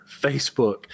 Facebook